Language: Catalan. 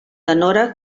tenora